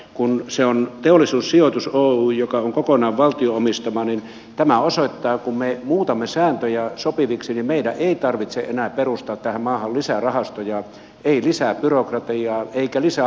kun se on teollisuussijoitus oy joka on kokonaan valtion omistama niin tämä osoittaa että kun me muutamme sääntöjä sopiviksi niin meidän ei tarvitse enää perustaa tähän maahan lisää rahastoja ei lisää byrokratiaa eikä lisää hallintokuluja